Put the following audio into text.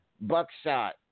buckshot